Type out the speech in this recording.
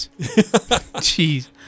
Jeez